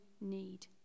need